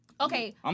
Okay